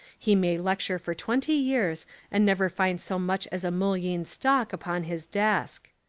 he may lecture for twenty years and never find so much as a mullein stalk upon his desk.